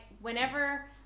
whenever